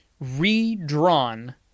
redrawn